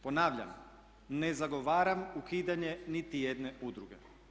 Ponavljam ne zagovaram ukidanje niti jedne udruge.